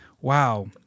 Wow